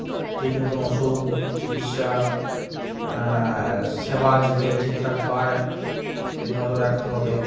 ঠিক মতোন ওষুধ চিকিৎসা সেবা যাতে ঠিকঠাক পায় সেদিক নজর রাখতে হবে